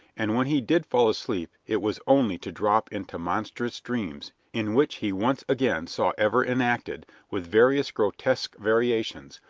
and when he did fall asleep it was only to drop into monstrous dreams in which he once again saw ever enacted, with various grotesque variations,